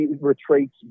retreats